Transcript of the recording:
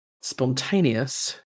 spontaneous